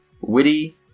witty